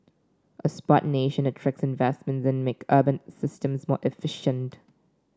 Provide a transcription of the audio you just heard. a Smart Nation attracts investment and make urban systems more efficient